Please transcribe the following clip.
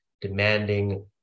demanding